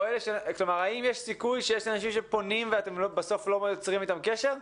האם יש סיכוי שיש אנשים שפונים ואתם בסוף לא יוצרים איתם קשר?